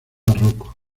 barroco